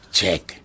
Check